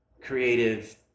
creative